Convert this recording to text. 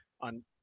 on